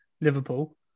Liverpool